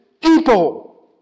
people